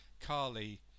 Carly